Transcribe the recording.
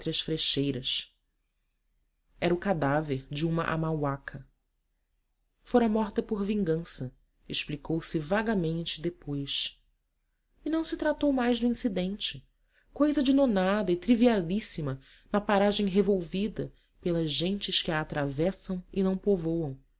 frecheiras era o cadáver de uma amauaca fora morta por vingança explicou-se vagamente depois e não se tratou mais do incidente coisa de nonada e trivialíssima na paragem revolvida pelas gentes que a atravessam e não povoam